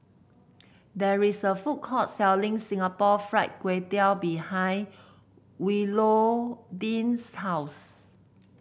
there is a food court selling Singapore Fried Kway Tiao behind Willodean's house